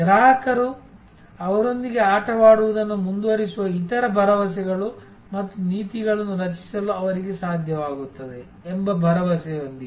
ಗ್ರಾಹಕರು ಅವರೊಂದಿಗೆ ಆಟವಾಡುವುದನ್ನು ಮುಂದುವರಿಸುವ ಇತರ ಭರವಸೆಗಳು ಮತ್ತು ನೀತಿಗಳನ್ನು ರಚಿಸಲು ಅವರಿಗೆ ಸಾಧ್ಯವಾಗುತ್ತದೆ ಎಂಬ ಭರವಸೆಯೊಂದಿಗೆ